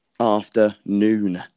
afternoon